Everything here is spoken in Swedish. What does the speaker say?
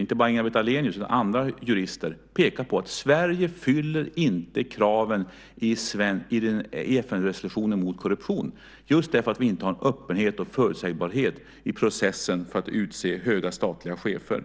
Inte bara Inga-Britt Ahlenius utan även andra jurister pekar på att Sverige inte fyller kraven i FN-resolutionen mot korruption just därför att man inte har en öppenhet och en förutsägbarhet i processen för att utse höga statliga chefer.